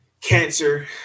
cancer